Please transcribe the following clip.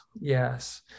yes